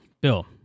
Bill